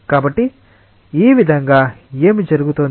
కాబట్టి ఈ విధంగా ఏమి జరుగుతోంది